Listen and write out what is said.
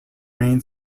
main